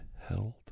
held